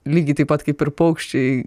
lygiai taip pat kaip ir paukščiai